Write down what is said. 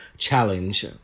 challenge